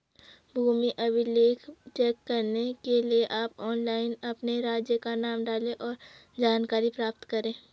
भूमि अभिलेख चेक करने के लिए आप ऑनलाइन अपने राज्य का नाम डालें, और जानकारी प्राप्त करे